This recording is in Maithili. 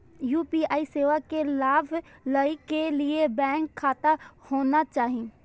यू.पी.आई सेवा के लाभ लै के लिए बैंक खाता होना चाहि?